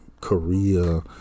Korea